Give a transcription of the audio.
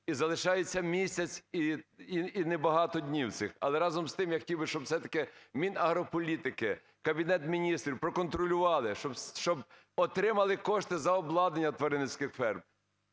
і залишається місяць і небагато днів цих, але разом з тим я хотів би, щоб все-такиМінагрополітики, Кабінет Міністрів проконтролювали, щоб отримали кошти за обладнання тваринницьких ферм,